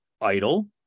idle